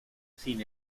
sin